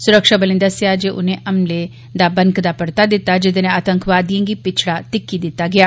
सुरक्षाबलें दस्सेया जे उनें हमले दा बनकदा परता दित्ता जेदे नै आतंकवादिए गी पिछड़ा धिक्की दित्ता गेआ